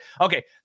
Okay